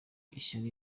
ishyari